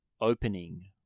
opening